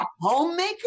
homemaker